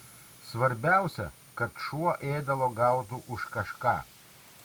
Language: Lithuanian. svarbiausia kad šuo ėdalo gautų už kažką